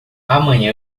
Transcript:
amanhã